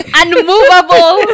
unmovable